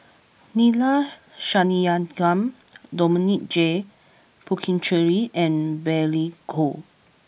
Neila Sathyalingam Dominic J Puthucheary and Billy Koh